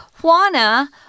Juana